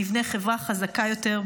יחד נבנה חברה חזקה יותר,